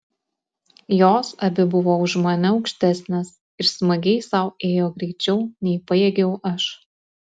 jos abi buvo už mane aukštesnės ir smagiai sau ėjo greičiau nei pajėgiau aš